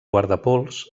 guardapols